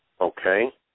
Okay